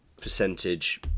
percentage